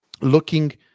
looking